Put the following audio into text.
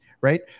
Right